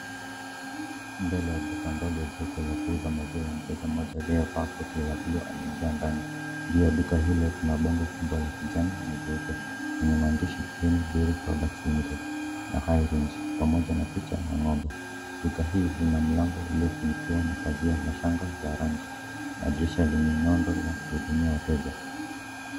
Mbele ya duka ndogo la kuuza maziwa mteja mmoja aliyevaa koti la buluu anaingia ndani, juu ya duka hilo kuna bango kubwa la kijani na jeupe, lenye maandishi kieni dairy fresh products , pamoja na picha ya ng'ombe, duka hii ina mlango uliofungiwa na pazia la shanga ya rangi, na dirisha lenye nundu la kuhudumia wateja.